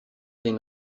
den